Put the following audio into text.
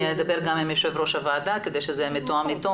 אני אדבר עם יושב ראש הוועדה כדי שזה יהיה מתואם אתו,